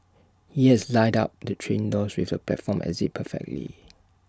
he has lined up the train doors with the platform exit perfectly